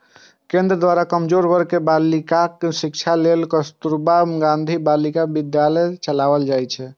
केंद्र द्वारा कमजोर वर्ग के बालिकाक शिक्षा लेल कस्तुरबा गांधी बालिका विद्यालय चलाएल जाइ छै